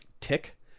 tick